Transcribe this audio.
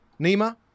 Nima